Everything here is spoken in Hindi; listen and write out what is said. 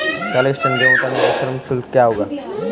चालीस टन गेहूँ उतारने के लिए श्रम शुल्क क्या होगा?